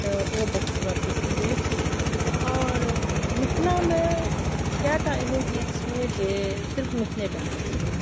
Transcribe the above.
तऽ ओ बहुत हमरा बहुत प्रिय चीज अछि आओर मिथिलामे कए टा एहन चीज छै जे सिर्फ मिथिले टामे छै